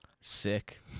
Sick